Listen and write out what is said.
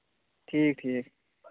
ٹھیٖک ٹھیٖک